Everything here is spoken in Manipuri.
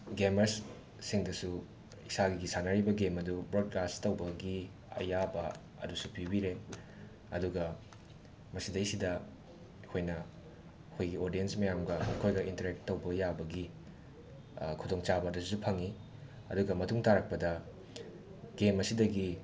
ꯒꯦꯃꯔꯁ ꯁꯤꯡꯗꯁꯨ ꯏꯁꯥꯒꯤ ꯁꯥꯟꯅꯔꯤꯕ ꯒꯦꯝ ꯑꯗꯨ ꯕ꯭ꯔꯣꯗꯀꯥꯁ ꯇꯧꯕꯒꯤ ꯑꯌꯥꯕ ꯑꯗꯨꯁꯨ ꯄꯤꯕꯤꯔꯦ ꯑꯗꯨꯒ ꯃꯁꯤꯗꯩꯁꯤꯗ ꯑꯩꯈꯣꯏꯅ ꯑꯩꯈꯣꯏꯒꯤ ꯑꯣꯗꯤꯌꯦꯟꯁ ꯃꯌꯥꯝꯒ ꯑꯩꯈꯣꯏꯒ ꯏꯟꯇꯔꯦꯛ ꯇꯧꯕ ꯌꯥꯕꯒꯤ ꯈꯨꯗꯣꯡꯆꯥꯕ ꯑꯗꯨꯁꯨ ꯐꯪꯉꯤ ꯑꯗꯨꯒ ꯃꯇꯨꯡ ꯇꯥꯔꯛꯄꯗ ꯒꯦꯝ ꯑꯁꯤꯗꯒꯤ